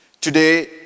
Today